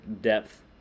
depth